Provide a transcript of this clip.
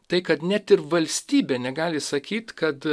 tai kad net ir valstybė negali sakyt kad